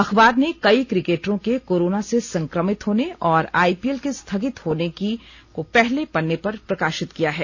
अखबार ने कई क्रिकेटरों के कोरोना से संक्रमित होने और आईपीएल के स्थागित होने को पहले पन्ने पर प्रकाशित किया है